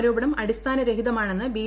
ആരോപണം അടിസ്ഥാനരഹിതമാണമെന്ന് ബി